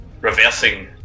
reversing